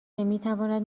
میتواند